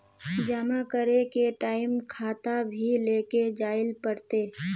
जमा करे के टाइम खाता भी लेके जाइल पड़ते?